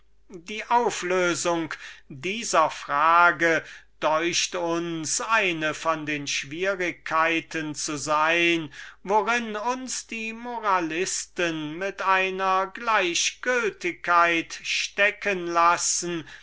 die auflösung dieser frage deucht uns die große schwierigkeit worin uns die gemeinen moralisten mit einer gleichgültigkeit stecken lassen